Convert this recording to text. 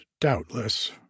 doubtless